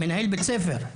מנהל בית ספר.